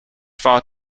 far